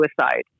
suicide